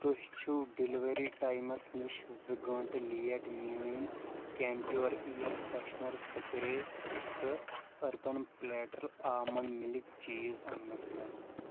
تُہۍ چھِو delivery times نِش زٕ گنٛٹہٕ لیٹ میٛٲنۍ کیمپیٛوٗر ایَیر فرٛیشنر سُپرٛے تہٕ urban platter almond milk cheese اننَس منٛز